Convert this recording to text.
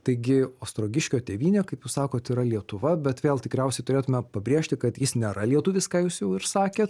taigi ostrogiškio tėvynė kaip jūs sakot yra lietuva bet vėl tikriausiai turėtume pabrėžti kad jis nėra lietuvis ką jūs jau ir sakėt